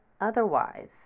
otherwise